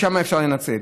שם אפשר לנצל.